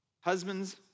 husbands